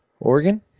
Oregon